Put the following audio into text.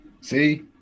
See